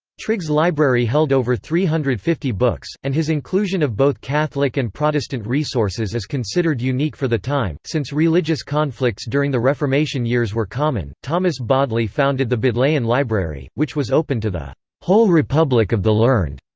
trigge's library held over three hundred and fifty books, and his inclusion of both catholic and protestant resources is considered unique for the time, since religious conflicts during the reformation years were common thomas bodley founded the bodleian library, which was open to the whole republic of the learned,